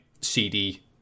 CD